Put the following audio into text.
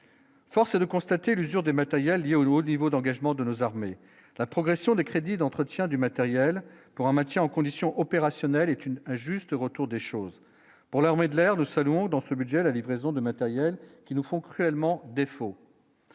force est de constater le jour de matériels lié au niveau d'engagement de nos armées, la progression des crédits d'entretien du matériel pour un maintien en condition opérationnelle est une un juste retour des choses pour l'armée de l'air de dans ce budget, la livraison de matériel qui nous font cruellement défaut,